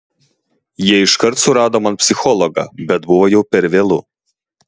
jie iškart surado man psichologą bet buvo jau per vėlu